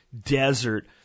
desert